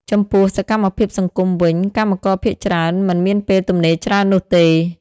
ចំពោះ សកម្មភាពសង្គម វិញ កម្មករភាគច្រើនមិនមានពេលទំនេរច្រើននោះទេ។